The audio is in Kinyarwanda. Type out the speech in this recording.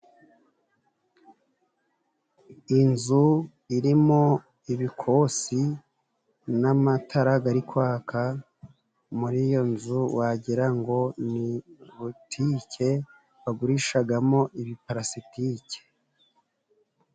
Inzu irimo ibikosi n'amatara gari kwaka muri iyo nzu wagira ngo ni butike bagurishagamo ibipalasitike.